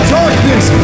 darkness